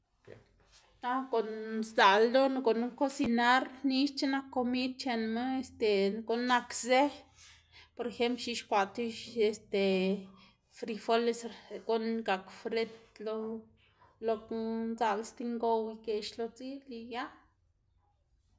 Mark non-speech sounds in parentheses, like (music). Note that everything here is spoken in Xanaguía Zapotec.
ah guꞌn sdzaꞌl ldoná gunn‑ná kosinar nixc̲h̲e nak komid c̲h̲enma este guꞌn nak zë por ejemp x̱ixkwaꞌ ti este frijoles guꞌn gak frit lo (unintelligible) knu idzaꞌl sti ngow igeꞌx lo dzil y ya.